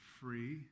free